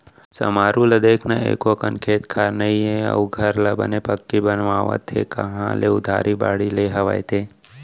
समारू ल देख न एको अकन खेत खार नइ हे अउ घर ल बने पक्की बनवावत हे कांहा ले उधारी बाड़ही ले हवय ते?